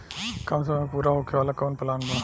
कम समय में पूरा होखे वाला कवन प्लान बा?